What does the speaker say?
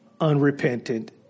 unrepentant